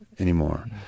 anymore